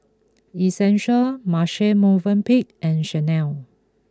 Essential Marche Movenpick and Chanel